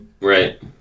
Right